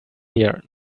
here